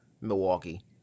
Milwaukee